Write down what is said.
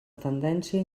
tendència